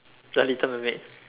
the little mermaid